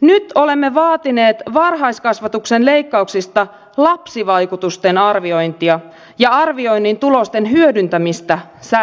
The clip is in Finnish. nyt olemme vaatineet varhaiskasvatuksen leikkauksista lapsivaikutusten arviointia ja arvioinnin tulosten hyödyntämistä säästötoimien